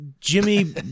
Jimmy